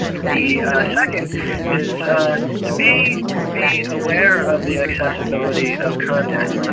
the second is to be be aware of the accessibility of content.